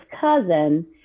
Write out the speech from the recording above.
cousin